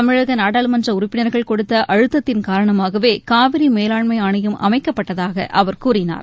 தமிழகநாடாளுமன்றஉறுப்பினர்கள் கொடுத்தஅழுத்தத்தின் காரணமாகவே காவிரிமேலாண்மைஆணையம் அமைக்கப்பட்டதாகஅவர் கூறினார்